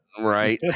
Right